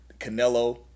Canelo